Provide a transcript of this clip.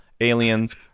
Aliens